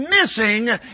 missing